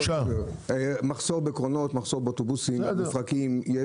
אבל יש מחסור בקרונות, מחסור באוטובוסים מפרקיים.